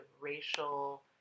racial